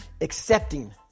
accepting